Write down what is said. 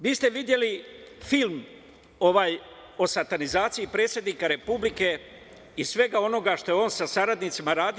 Vi ste videli film o satanizaciji predsednika Republike i svega onoga što je on sa saradnicima radio.